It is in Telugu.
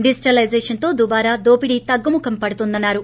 డిజిటలైజేషన్తో దుబారా దోపిడీ తగ్గుముఖం పడుతుందన్నారు